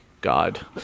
God